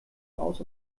aus